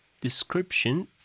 description